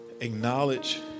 Acknowledge